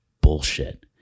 bullshit